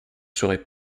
seraient